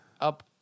up